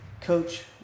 Coach